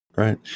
Right